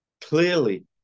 clearly